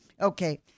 Okay